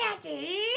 Daddy